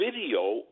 video